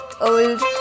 Old